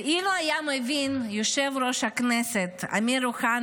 ואילו היו מבינים יושב-ראש הכנסת אמיר אוחנה